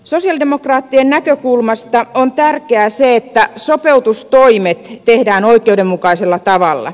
sosialidemokraattien näkökulmasta on tärkeää se että sopeutustoimet tehdään oikeudenmukaisella tavalla